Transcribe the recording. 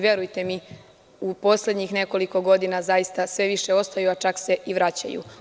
Verujte mi, u poslednjih nekoliko godina, zaista sve više ostaju, čak se i vraćaju.